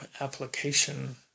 application